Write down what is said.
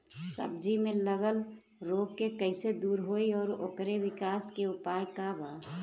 सब्जी में लगल रोग के कइसे दूर होयी और ओकरे विकास के उपाय का बा?